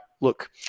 look